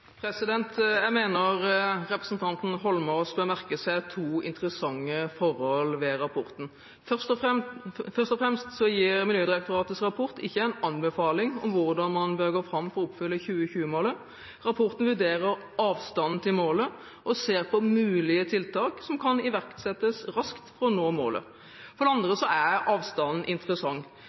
Jeg mener representanten Holmås bør merke seg to interessante forhold ved rapporten. Først og fremst gir Miljødirektoratets rapport ikke en anbefaling om hvordan man bør gå fram for å oppfylle 2020-målet. Rapporten vurderer avstanden til målet og ser på mulige tiltak som kan iverksettes raskt for å nå målet. For det andre er avstanden interessant.